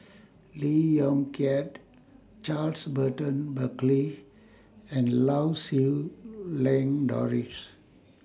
Lee Yong Kiat Charles Burton Buckley and Lau Siew Lang Doris